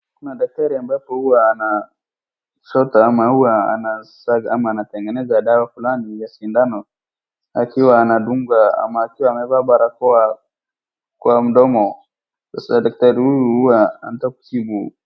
Kuna daktari ambapo huwa anachota ama huwa anasaga ama anatengeneza dawa fulani ya sindano akiwa anadunga ama akiwa amevaa barakoa kwa mdomo sasa daktari huyu huwa anataka kutibu .